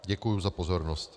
Děkuji za pozornost.